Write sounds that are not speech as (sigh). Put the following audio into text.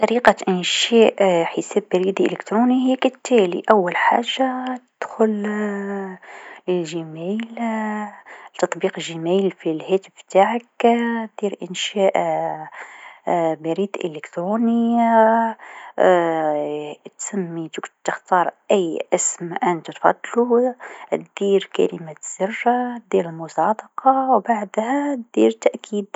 طريقة إنشاء حساب الكتروني هي كالتالي، أول حاجةده دخل للجيميل تطبيق الجميل في الهاتف نتاعك، دير إنشاء (hesitation) بريد الكتروني (hesitation) أتسمي تختار أي إسم أنت تفضلو، دير كلمة سر، دير مصادقه و بعدها دير تأكيد.